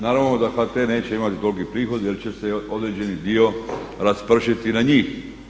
Naravno da HT neće imati toliki prihod jer će se određeni dio raspršiti na njih.